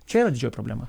čia yra didžioji problema